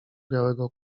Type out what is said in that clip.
białego